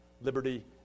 liberty